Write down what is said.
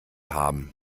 haben